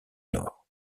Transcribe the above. nord